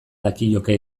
dakioke